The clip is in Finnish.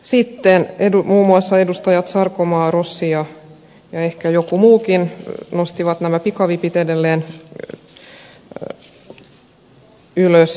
sitten muun muassa edustajat sarkomaa rossi ja ehkä joku muukin nostivat nämä pikavipit edelleen ylös